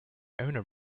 owner